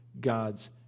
God's